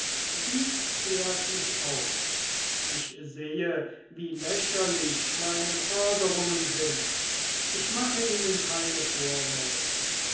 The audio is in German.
dies klärt mich so auf ich sehe wie lächerlich meine forderungen sind ich mache ihnen keine vorwürfe